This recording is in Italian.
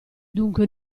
dunque